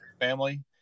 family